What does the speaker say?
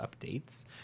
updates